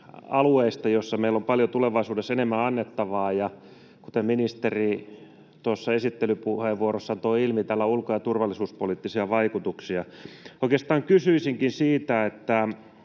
alueista, joissa meillä on tulevaisuudessa paljon enemmän annettavaa. Ja kuten ministeri tuossa esittelypuheenvuorossaan toi ilmi, tällä on ulko- ja turvallisuuspoliittisia vaikutuksia. Oikeastaan kysyisinkin siitä, kun